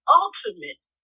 ultimate